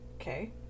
Okay